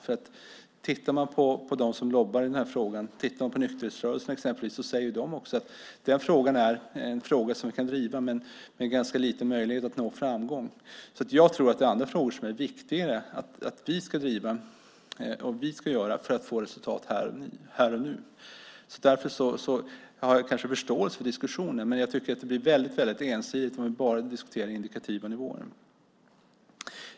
Om man tittar på dem som lobbar i denna fråga, exempelvis nykterhetsrörelsen, säger de att vi visserligen kan driva den frågan men det finns ganska små möjligheter att nå framgång. Jag tror att det finns andra frågor som är viktigare att driva för att nå resultat här och nu. Jag har kanske förståelse för diskussionen, men det blir väldigt ensidigt om vi enbart diskuterar indikativa nivåer.